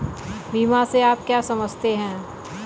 बीमा से आप क्या समझते हैं?